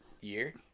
year